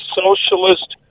socialist